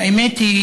האמת היא